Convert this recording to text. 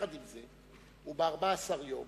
עם זה, וב-14 יום,